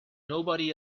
nobody